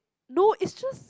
no it's just